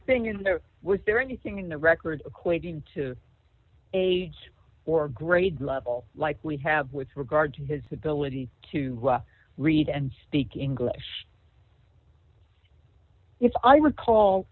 anything in there was there anything in the record according to age or grade level d like we have with regard to his ability to read and speak english if i recall